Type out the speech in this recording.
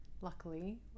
luckily